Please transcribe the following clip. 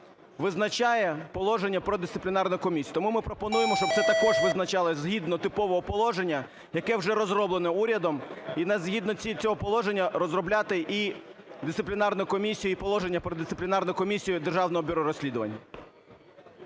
визначає положення про Дисциплінарну комісію. Тому ми пропонуємо, щоб це також визначалось згідно типового положення, яке вже розроблене урядом. І згідно цього положення розробляти і Дисциплінарну комісію, і положення про Дисциплінарну комісію Державного бюро розслідувань.